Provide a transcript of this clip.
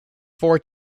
four